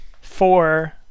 four